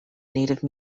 native